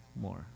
more